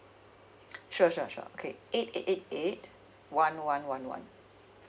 sure sure sure okay eight eight eight eight one one one one